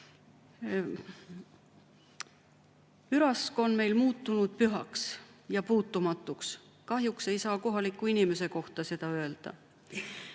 on meil muutunud pühaks ja puutumatuks. Kahjuks ei saa kohaliku inimese kohta seda öelda.